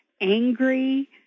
angry